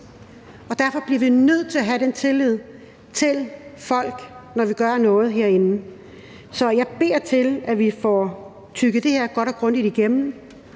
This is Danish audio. og derfor bliver vi nødt til at have den tillid, når vi gør noget herinde. Så jeg beder til, at vi får tygget det her godt og grundigt igennem,